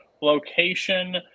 location